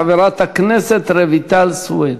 חברת הכנסת רויטל סויד.